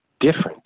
different